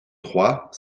trois